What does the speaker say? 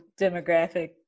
demographic